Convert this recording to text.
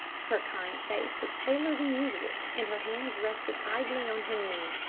her kind face was paler than usual, and her hands rested idly on her knee,